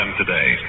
today